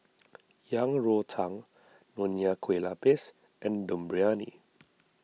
Yang Rou Tang Nonya Kueh Lapis and Dum Briyani